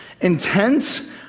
intent